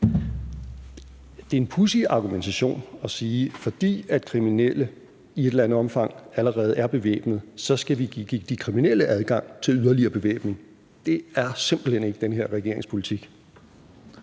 Det er en pudsig argumentation at sige, at fordi kriminelle i et eller andet omfang allerede er bevæbnet, skal vi give de kriminelle adgang til yderligere bevæbning. Det er simpelt hen ikke den her regerings politik.